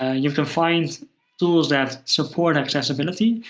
ah you can find tools that support accessibility,